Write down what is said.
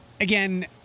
Again